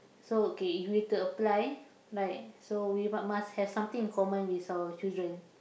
so okay if we to apply like so we mu~ must have something in common with our children